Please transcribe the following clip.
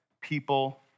people